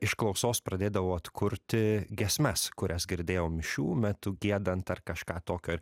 iš klausos pradėdavau atkurti giesmes kurias girdėjau mišių metu giedant ar kažką tokio